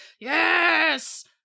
yes